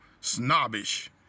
snobbish